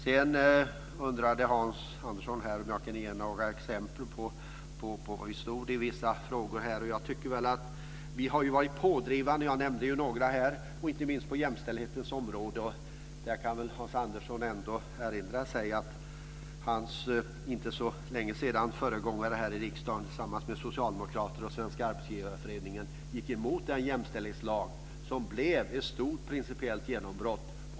Sedan undrade Hans Andersson om jag kunde ge några exempel på var vi står i vissa frågor. Vi har ju varit pådrivande, och jag nämnde några frågor här. Det gäller inte minst på jämställdhetens område. Där kan väl Hans Andersson ändå erinra sig att hans föregångare för inte så länge sedan här i riksdagen tillsammans med socialdemokrater och Svenska Arbetsgivareföreningen gick emot den jämställdhetslag som blev ett stort principiellt genombrott.